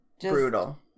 Brutal